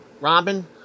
Robin